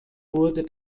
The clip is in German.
wurde